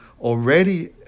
already